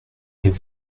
est